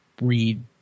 read